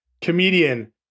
comedian